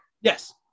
Yes